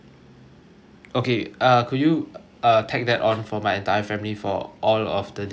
okay uh could you uh tag that on for my entire family for all of the days that we are staying there